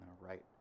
right